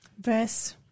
verse